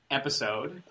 episode